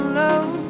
love